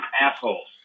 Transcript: assholes